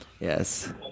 Yes